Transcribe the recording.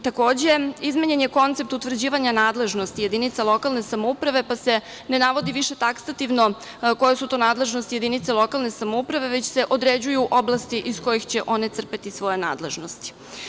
Takođe, izmenjen je koncept utvrđivanja nadležnosti jedinica lokalne samouprave pa se ne navodi više takstativno koje su to nadležnosti jedinica lokalne samouprave, već se određuju oblasti iz kojih će one crpeti svoje nadležnosti.